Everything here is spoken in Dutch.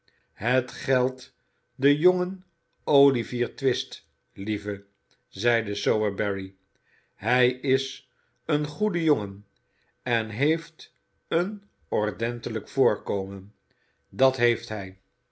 het geldt den jongen olivier twist lieve zeide sowerberry hij is een goede jongen en heeft een ordentelijk voorkomen dat heeft hij